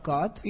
God